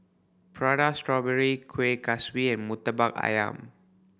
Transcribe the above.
Prata Strawberry Kuih Kaswi and Murtabak Ayam